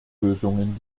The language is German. lösungen